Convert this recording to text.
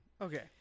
Okay